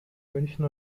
münchen